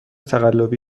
تقلبی